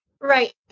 Right